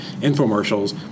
infomercials